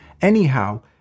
Anyhow